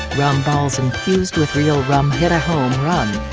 rum balls infused with real rum hit a home run.